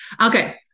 Okay